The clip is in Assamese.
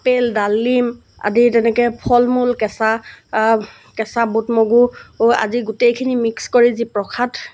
আপেল ডালিম আদি তেনেকৈ ফল মূল কেঁচা কেঁচা বুট মগু আজি গোটেইখিন মিক্স কৰি যি প্ৰসাদ